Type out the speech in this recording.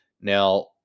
Now